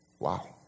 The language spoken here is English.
Wow